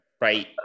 right